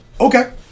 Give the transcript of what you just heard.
Okay